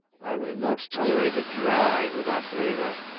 i will not tolerate it dry and without flavor.